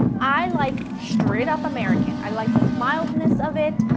i like straight up american i like the mildness of it,